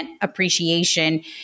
appreciation